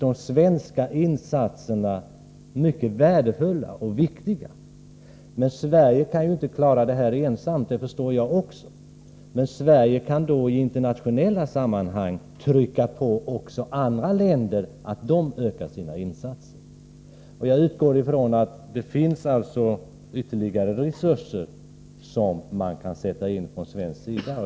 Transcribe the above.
De svenska insatserna är därför mycket värdefulla och viktiga. Sverige kan inte klara detta ensamt — det förstår jag också. Men Sverige kan i internationella sammanhang trycka på så att även andra länder ökar sina insatser. Jag utgår från att det finns ytterligare resurser som kan sättas in från svensk sida.